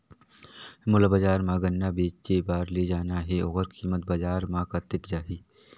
मोला बजार मां गन्ना बेचे बार ले जाना हे ओकर कीमत बजार मां कतेक जाही?